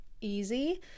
easy